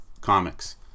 comics